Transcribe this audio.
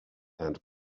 and